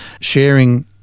sharing